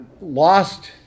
lost